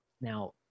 Now